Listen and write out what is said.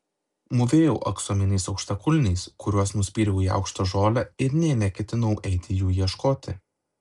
mūvėjau aksominiais aukštakulniais kuriuos nuspyriau į aukštą žolę ir nė neketinau eiti jų ieškoti